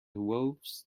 wolves